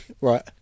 Right